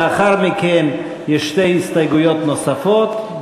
לאחר מכן יש שתי הסתייגויות נוספות,